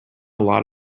lot